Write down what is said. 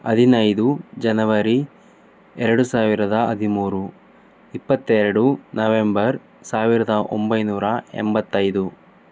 ಹದಿನೈದು ಜನವರಿ ಎರಡು ಸಾವಿರದ ಹದಿಮೂರು ಇಪ್ಪತ್ತೆರಡು ನವೆಂಬರ್ ಸಾವಿರದ ಒಂಬೈನೂರ ಎಂಬತ್ತೈದು